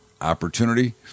opportunity